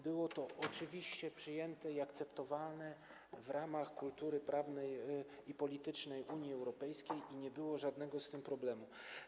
Było to oczywiście przyjęte i akceptowane w ramach kultury prawnej i politycznej Unii Europejskiej i nie było z tym żadnego problemu.